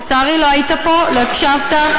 לצערי לא היית פה, לא הקשבת.